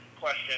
question